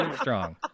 Strong